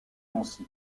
nancy